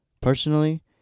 Personally